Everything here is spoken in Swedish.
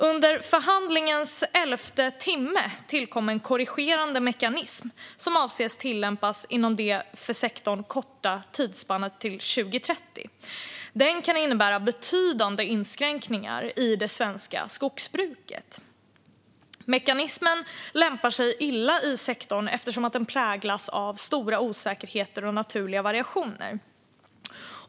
Under förhandlingens elfte timme tillkom en korrigerande mekanism som avses tillämpas inom det för sektorn korta tidsspannet till 2030. Den kan innebära betydande inskränkningar i det svenska skogsbruket. Mekanismen lämpar sig illa i sektorn, eftersom den präglas av stora osäkerheter och naturliga variationer.